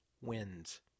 Wins